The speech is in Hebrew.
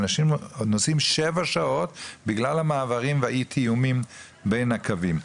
אנשים עוד נוסעים שבע שעות בגלל המעברים וחוסר התיאום בין קווים.